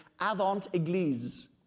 avant-église